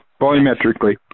volumetrically